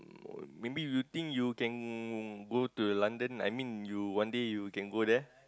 maybe you think you can go to London I mean you one day you can go there